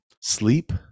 Sleep